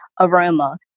aroma